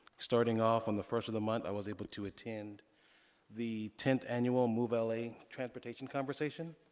starting off on the first of the month, i was able to attend the tenth annual move l a. transportation conversation,